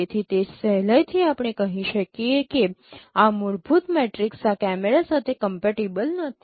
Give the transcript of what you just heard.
તેથી જે સહેલાઈથી આપણે કહી શકે છે કે આ મૂળભૂત મેટ્રિક્સ આ કેમેરા સાથે કમ્પેટીબલ નથી